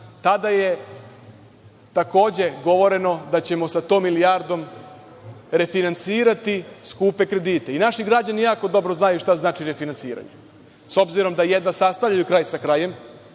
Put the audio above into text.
Tada je takođe govoreno da ćemo sa tom milijardom refinansirati skupe kredite. Naši građani jako dobro znaju šta znači refinansiranje, s obzirom da jedva sastavljaju kraj sa krajem